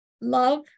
love